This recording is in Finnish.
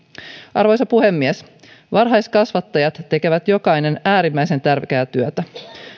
arvoisa puhemies varhaiskasvattajat tekevät jokainen äärimmäisen tärkeää työtä